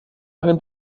einem